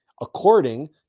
according